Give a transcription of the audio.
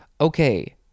Okay